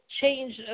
change